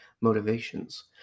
Motivations